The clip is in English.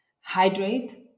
Hydrate